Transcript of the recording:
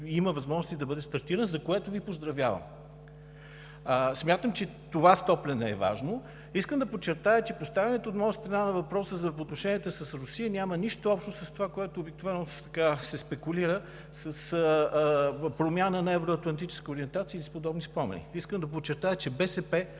има възможности да бъде стартиран, за което Ви поздравявам. Смятам, че това стопляне е важно. Искам да подчертая, че поставянето от моя страна на въпроса за отношенията с Русия няма нищо общо с това, с което обикновено се спекулира – с промяна на евроатлантическа ориентация и с подобни спомени. Искам да подчертая, че БСП